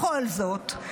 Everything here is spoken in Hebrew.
בכל זאת,